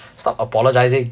stop apologising